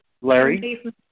Larry